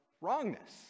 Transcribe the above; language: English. wrongness